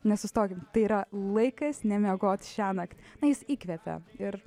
nesustokim tai yra laikas nemiegot šiąnakt na jis įkvepia ir